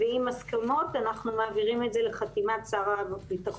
ועם הסכמות אנחנו מעבירים את זה לחתימת שר הביטחון.